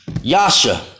Yasha